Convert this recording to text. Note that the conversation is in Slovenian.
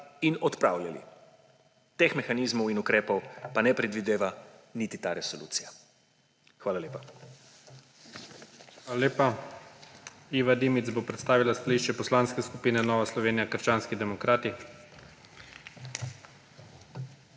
in odpravljali. Teh mehanizmov in ukrepov pa ne predvideva niti ta resolucija. Hvala lepa. **PREDSEDNIK IGOR ZORČIČ:** Hvala lepa. Iva Dimic bo predstavila stališče Poslanske skupine Nova Slovenija – krščanski demokrati.